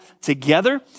together